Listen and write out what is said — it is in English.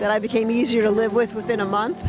that i became easier to live with within a month